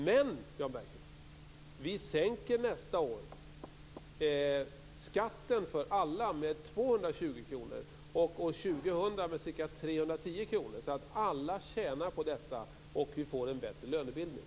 Men, Jan Bergqvist, vi sänker nästa år skatten för alla med 220 kr och år 2000 med ca 310 kr, så alla tjänar på detta och vi får en bättre lönebildning.